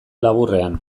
laburrean